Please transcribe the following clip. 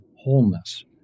wholeness